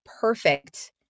perfect